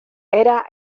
era